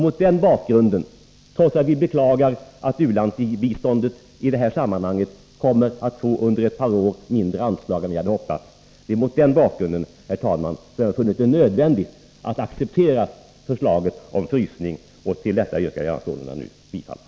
Mot den bakgrunden och trots att jag beklagar att biståndet under ett par år kommer att bli mindre än vi hade hoppats, finner jag, herr talman, det nödvändigt att acceptera förslaget om en frysning av detsamma. Jag yrkar således bifall till utskottets hemställan.